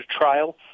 trial